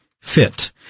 fit